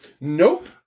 Nope